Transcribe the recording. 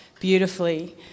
beautifully